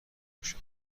باشد